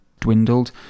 dwindled